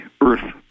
Earth